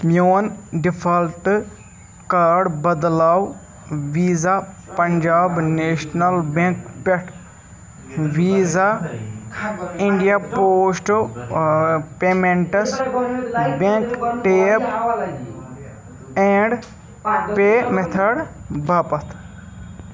میون ڈیفالٹ کاڑ بدلاو ویٖزا پنٛجاب نیشنَل بیٚنٛک پٮ۪ٹھ Visa India Post Payments Bank tap and pay میتھٲڑ باپتھ